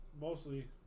Mostly